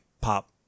pop